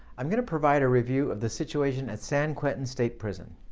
i'm going to provide a review of the situation at san quentin state prison.